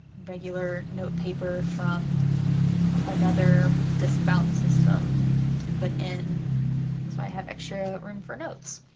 regular note paper from another disc bound system and put in so i have extra room for notes.